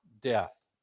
death